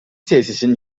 tesisin